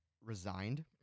resigned